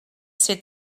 ser